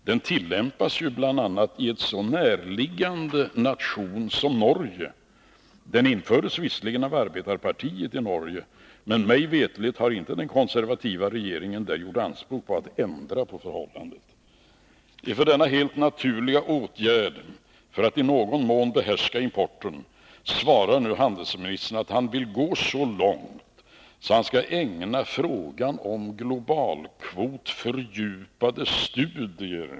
Den tillämpas bl.a. i ett så närliggande land som Norge. Visserligen infördes den av arbetarpartiet i Norge, men mig veterligt har inte den konservativa regeringen där gjort anspråk på att ändra på förhållandet. Inför denna helt naturliga åtgärd för att i någon mån behärska importen svarar nu handelsministern att han vill gå så långt att han skall ägna frågan fördjupade studier.